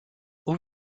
haut